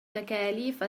تكاليف